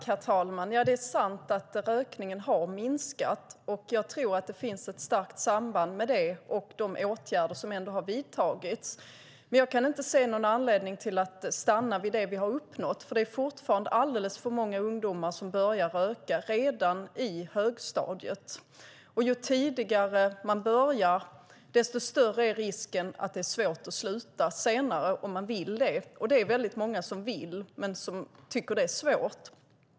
Herr talman! Ja, det är sant att rökningen har minskat. Jag tror att det finns ett starkt samband mellan det och de åtgärder som har vidtagits. Jag kan dock inte se någon anledning att stanna vid det vi har uppnått. Det är fortfarande alldeles för många ungdomar som börjar röka redan på högstadiet. Ju tidigare man börjar, desto större är risken att det är svårt att sluta senare om man vill det. Det är väldigt många som vill det men tycker att det är svårt.